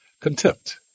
Contempt